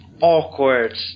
awkward